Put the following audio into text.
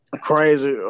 Crazy